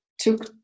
Took